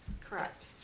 correct